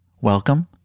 welcome